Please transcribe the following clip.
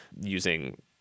using